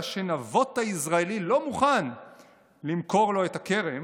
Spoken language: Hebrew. שנבות היזרעאלי לא מוכן למכור לו את הכרם,